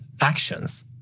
actions